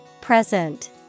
Present